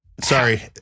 sorry